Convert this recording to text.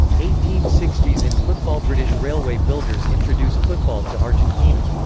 eighteen sixty s in footballbritish railway builders introduce football to argentina.